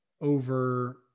over